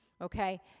Okay